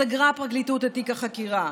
סגרה הפרקליטות את תיק החקירה.